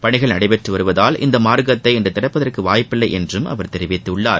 பணிகள் நடப்பதால் இந்த மார்க்கத்தை இன்று திறப்பதற்கு வாய்ப்பில்லை என்றும் அவர் தெரிவித்துள்ளார்